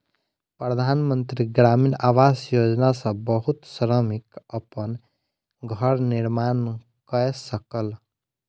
प्रधान मंत्री ग्रामीण आवास योजना सॅ बहुत श्रमिक अपन घर निर्माण कय सकल